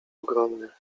ogromnie